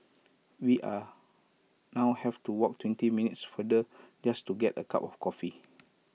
we are now have to walk twenty minutes farther just to get A cup of coffee